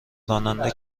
راننده